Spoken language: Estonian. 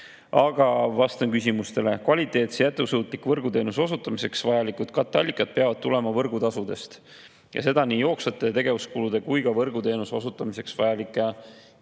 täpsemalt] küsimusele. Kvaliteetse jätkusuutliku võrguteenuse osutamiseks vajalikud katteallikad peavad tulema võrgutasudest ja seda nii jooksvate tegevuskulude kui ka võrguteenuse osutamiseks vajalike